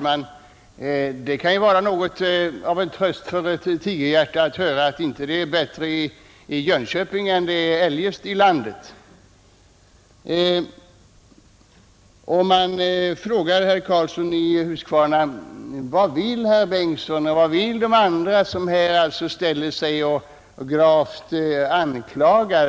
Vad vill herr Bengtsson och de andra som ställer sig upp och klagar